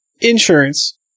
insurance